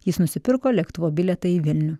jis nusipirko lėktuvo bilietą į vilnių